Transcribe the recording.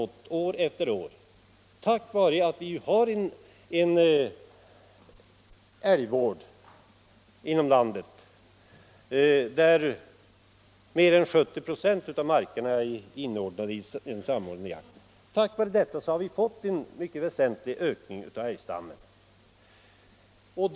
Tack vare att vi har en älgvård inom landet, där mer än 70 96 av markerna är inordnade i den samordnade jakten, har vi fått en mycket väsentlig ökning av älgstammen år efter år.